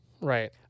Right